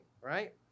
right